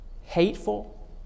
hateful